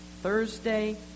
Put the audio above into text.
Thursday